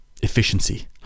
efficiency